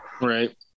Right